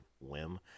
whim